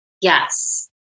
Yes